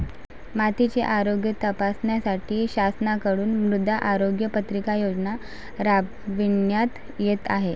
मातीचे आरोग्य तपासण्यासाठी शासनाकडून मृदा आरोग्य पत्रिका योजना राबविण्यात येत आहे